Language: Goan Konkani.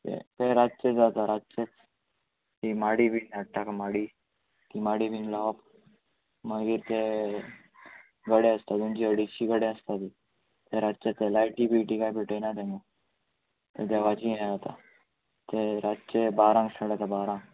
तें तें रातचे जाता रातचे ती माडी बीन हाडटा काय माडी ती माडी बीन लावप मागीर ते गडे आसता दोनशी अडेच्शी गडे आसता ती ते रातचे ते लायटी बिटी काय पेटयना तेमी देवाची हे आतां तें रातचे बारांक साड आतां बारांक